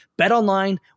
BetOnline